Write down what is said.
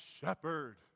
shepherd